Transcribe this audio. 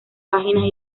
páginas